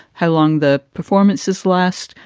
how long the performances last.